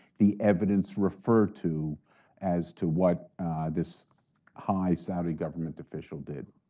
the evidence referred to as to what this high saudi government official did.